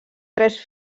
tres